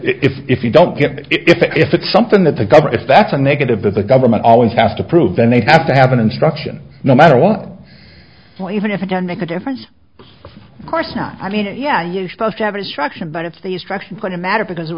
but if you don't get it if it's something that the government that's a negative that the government always has to prove then they have to have an instruction no matter what even if it does make a difference of course not i mean yeah you supposed to have instruction but it's the structure put the matter because there